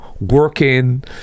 working